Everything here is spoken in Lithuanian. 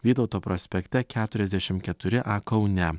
vytauto prospekte keturiasdešimt keturi a kaune